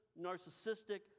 narcissistic